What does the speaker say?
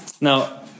now